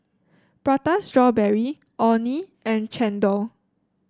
Prata Strawberry Orh Nee and chendol